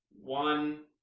one